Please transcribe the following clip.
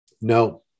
No